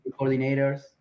coordinators